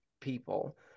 people